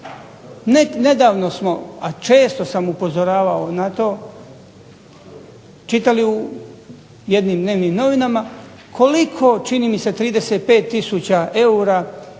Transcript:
Nedavno smo, a često sam upozoravao na to, čitali u jednim dnevnim novinama koliko, čini mi se 35 tisuća eura,